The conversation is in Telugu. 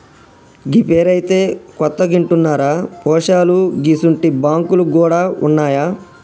గీ పేరైతే కొత్తగింటన్నరా పోశాలూ గిసుంటి బాంకులు గూడ ఉన్నాయా